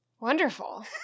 Wonderful